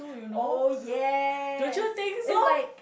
oh yes is like